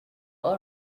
will